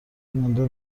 مونده